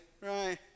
right